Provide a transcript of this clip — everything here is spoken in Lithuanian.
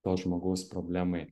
to žmogaus problemai